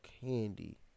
candy